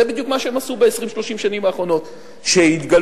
זה בדיוק מה שהם עשו ב-20 30 השנים האחרונות: כשהתגלו